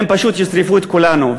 הן פשוט ישרפו את כולנו,